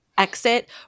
Exit